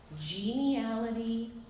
geniality